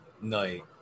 night